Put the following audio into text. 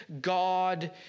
God